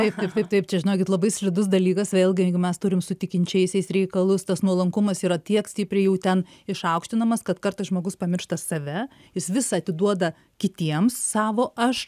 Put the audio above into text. taip taip taip taip čia žinokit labai slidus dalykas vėlgi jeigu mes turim su tikinčiaisiais reikalus tas nuolankumas yra tiek stipriai jau ten išaukštinamas kad kartais žmogus pamiršta save jis visą atiduoda kitiems savo aš